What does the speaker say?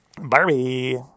Barbie